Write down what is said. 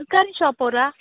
ತರಕಾರಿ ಶಾಪ್ ಅವರಾ